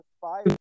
five